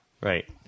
Right